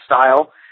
style